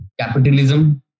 capitalism